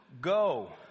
Go